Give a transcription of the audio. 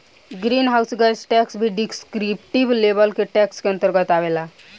green house gas tax भी descriptive level के tax के अंतर्गत आवेला